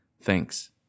thanks